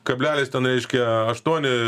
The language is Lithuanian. kablelis ten reiškia aštuoni